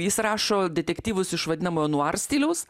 jis rašo detektyvus iš vadinamojo nuar stiliaus